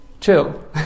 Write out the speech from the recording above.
chill